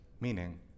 Meaning